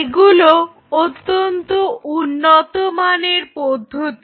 এগুলো অত্যন্ত উন্নত মানের পদ্ধতি